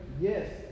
Yes